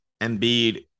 Embiid